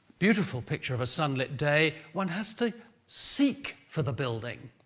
beautiful picture of a sun-lit day, one has to seek for the building.